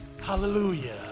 Hallelujah